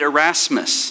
Erasmus